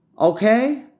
Okay